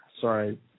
Sorry